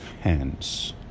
hands